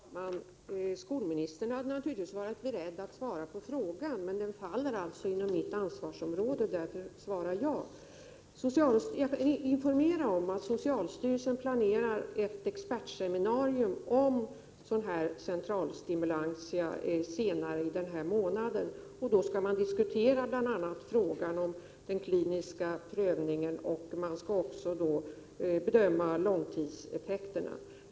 Herr talman! Skolministern hade naturligtvis varit beredd att svara på frågan, men den faller alltså inom mitt ansvarsområde, och därför svarar jag. Jag kan informera om att socialstyrelsen planerar ett expertseminarium om centralstimulantia senare i den här månaden, och då skall man bl.a. diskutera frågan om den kliniska prövningen och bedöma långtidseffekterna.